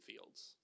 fields